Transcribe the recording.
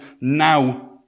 now